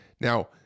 Now